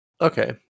okay